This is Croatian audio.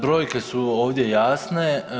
Brojke su ovdje jasne.